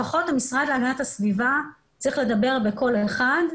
ב', לפחות המשרד להגנת הסביבה צריך לדבר בקול אחד.